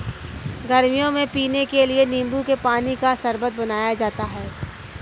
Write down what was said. गर्मियों में पीने के लिए नींबू के पानी का शरबत बनाया जाता है